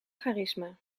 charisma